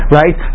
right